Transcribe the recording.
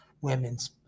women's